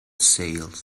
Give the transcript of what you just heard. sails